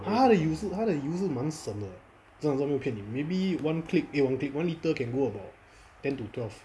他的油是他的油是蛮省的真的我没有骗你 maybe one click eh one click one litre can go about ten to twelve